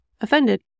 offended